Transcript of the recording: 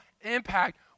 impact